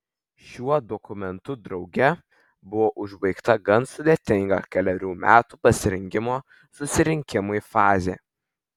šiuo dokumentu drauge buvo užbaigta gan sudėtinga kelerių metų pasirengimo susirinkimui fazė